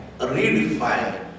redefine